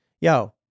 Yo